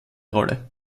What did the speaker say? rolle